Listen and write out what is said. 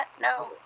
no